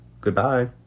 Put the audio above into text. Goodbye